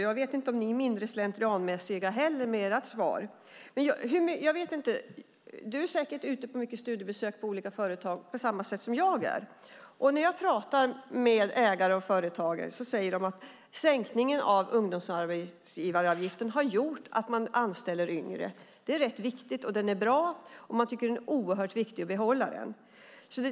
Jag vet inte om ni är mindre slentrianmässiga med ert svar heller. Du är säkert ute på många studiebesök på olika företag på samma sätt som jag är, Jennie Nilsson. När jag pratar med ägare och företagare säger de att sänkningen av ungdomsarbetsgivaravgiften har gjort att man anställer yngre. Det är rätt viktigt. Den är bra, och man tycker att den är oerhört viktig att behålla.